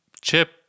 Chip